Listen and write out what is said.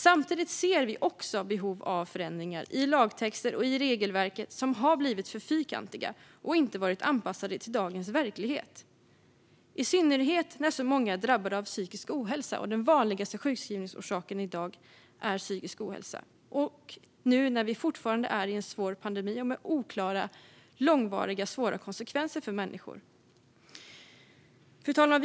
Samtidigt ser vi ett behov av förändringar också i lagtexter och regelverk, som har blivit för fyrkantiga och inte är anpassade till dagens verklighet, i synnerhet nu när så många är drabbade av psykisk ohälsa - den vanligaste sjukskrivningsorsaken i dag är psykisk ohälsa - och vi fortfarande är i en svår pandemi med oklara, ibland långsiktiga och svåra, konsekvenser för människor. Fru talman!